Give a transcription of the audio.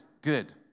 good